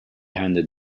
handed